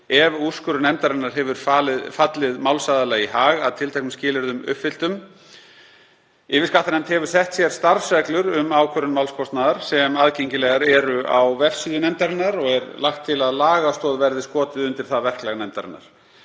ef úrskurður nefndarinnar hefur fallið málsaðila í hag að tilteknum skilyrðum uppfylltum. Yfirskattanefnd hefur sett sér starfsreglur um ákvörðun málskostnaðar sem aðgengilegar eru á vefsíðu nefndarinnar og er lagt til að lagastoð verði skotið undir það verklag nefndarinnar.